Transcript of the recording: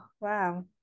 Wow